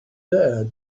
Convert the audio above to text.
there